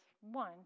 one